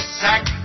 sack